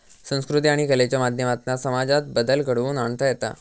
संकृती आणि कलेच्या माध्यमातना समाजात बदल घडवुन आणता येता